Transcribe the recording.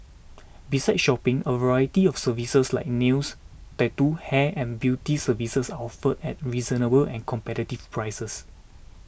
besides shopping a variety of services like nails tattoo hair and beauty services are offered at reasonable and competitive prices